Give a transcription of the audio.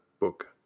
book